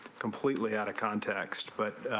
completely out of context but